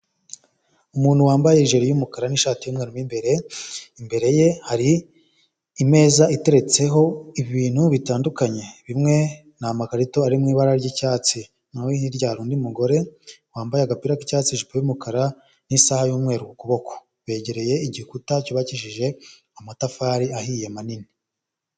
Umuntu wambaye hejiri y'umukara n'ishati y'umweru mo imbere, imbere ye hari imeza iteretseho ibintu bitandukanye bimwe n'amakarito ari mu ibara ry'icyatsi, naho hirya hari undi mugore wambaye agapira k'icyatsi, ijipo y'umukara n'isaha y'umweru ukuboko, begereye igikuta cyubakishije amatafari ahiye manini.